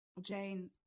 Jane